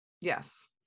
Yes